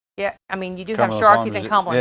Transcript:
yeah, i mean, you do have sharky's and cumberland